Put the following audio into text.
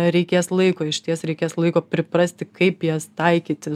reikės laiko išties reikės laiko priprasti kaip jas taikyti